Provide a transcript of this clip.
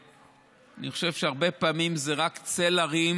אני חושב שהרבה פעמים זה רק צל הרים